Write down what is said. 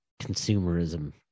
consumerism